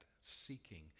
seeking